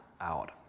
out